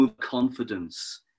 confidence